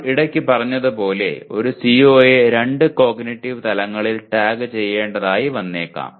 നമ്മൾ ഇടക്ക് പറഞ്ഞതുപോലെ ഒരു സിഒയെ രണ്ട് കോഗ്നിറ്റീവ് തലങ്ങളാൽ ടാഗ് ചെയ്യേണ്ടതായി വന്നേക്കാം